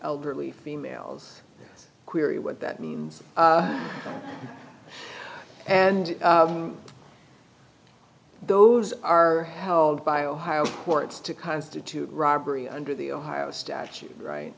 elderly females query what that means and those are held by ohio courts to constitute robbery under the ohio statute right